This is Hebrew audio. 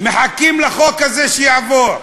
מחכים לחוק הזה, שיעבור.